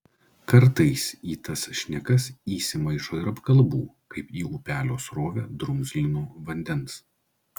kartais į tas šnekas įsimaišo ir apkalbų kaip į upelio srovę drumzlino vandens